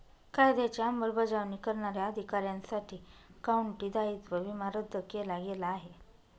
कायद्याची अंमलबजावणी करणाऱ्या अधिकाऱ्यांसाठी काउंटी दायित्व विमा रद्द केला गेला आहे